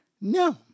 No